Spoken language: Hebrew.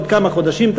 עוד כמה חודשים,